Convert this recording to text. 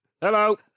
Hello